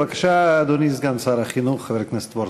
בבקשה, אדוני סגן שר החינוך חבר הכנסת וורצמן.